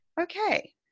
okay